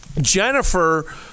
Jennifer